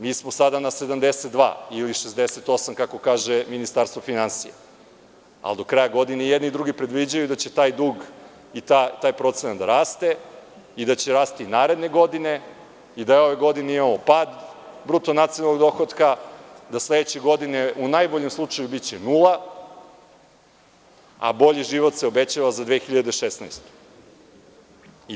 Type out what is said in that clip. Mi smo sada na 72% ili 68%, kako kaže Ministarstvo finansija, ali do kraja godine i jedni i drugi predviđaju da će taj dug i taj procenat da raste i da će rasti naredne godine i da ove godine imamo pad bruto nacionalnog dohotka, da će sledeće godine u najboljem slučaju biti nula, a bolji život se obećava za 2016. godinu.